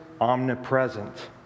omnipresent